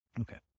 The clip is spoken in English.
Okay